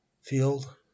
field